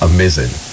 Amazing